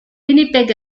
winnipeg